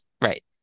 Right